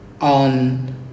on